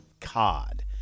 cod